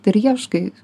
ir ieškai